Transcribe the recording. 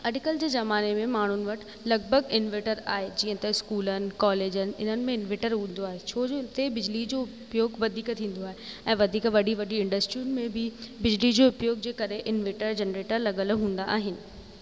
अॼुकल्ह जे ज़माने में माण्हुनि वटि लॻभॻि इनवेटर आहे जीअं त स्कूलनि कॉलेजनि हिननि में इनवेटर हूंदो आहे छोजो हुते बिजली जो उपयोग वधीक थींदो आहे ऐं वधीक वॾी वॾी इंडस्ट्रियुनि में बि बिजली जो उपयोग जे करे इनवेटर जनरेटर लॻियलु हूंदा आहिनि